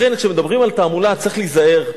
לכן, כשמדברים על תעמולה, צריך להיזהר,